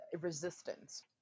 resistance